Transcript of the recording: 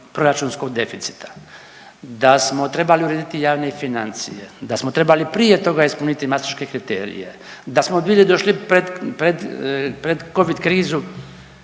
proračunskog deficita, da smo trebali urediti javne financije, da smo trebali prije toga ispuniti mastriške kriterije, da smo bili došli pred, pred,